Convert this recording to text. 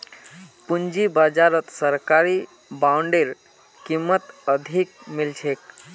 पूंजी बाजारत सरकारी बॉन्डेर कीमत अधिक मिल छेक